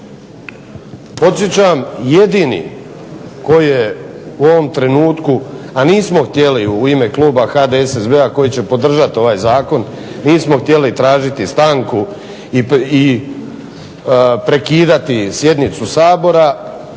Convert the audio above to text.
Podsjećam jedini koji je u ovom trenutku, a nismo htjeli u ime kluba HDSSB-a koji će podržati ovaj zakon, nismo htjeli tražiti stanku i prekidati sjednicu Sabora